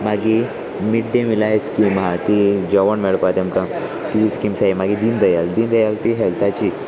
मागीर mid day meal scheme आसा ती जेवण मेळपा तेमकां ती स्किम्स मागीर दीन दयाल दीन दयाल ती हेल्थाची